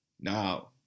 Now